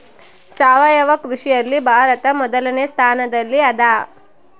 ಸಾವಯವ ಕೃಷಿಯಲ್ಲಿ ಭಾರತ ಮೊದಲನೇ ಸ್ಥಾನದಲ್ಲಿ ಅದ